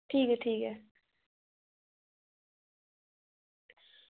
ठीक ऐ ठीक ऐ